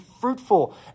fruitful